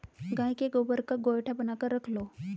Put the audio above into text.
गाय के गोबर का गोएठा बनाकर रख लो